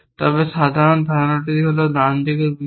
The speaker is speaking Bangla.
তবে সাধারণ ধারণাটি ডান দিকের বিষয়